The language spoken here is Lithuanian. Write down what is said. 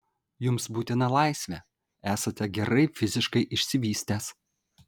jums būtina laisvė esate gerai fiziškai išsivystęs